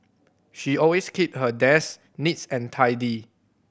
she always keep her desk neat's and tidy